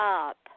up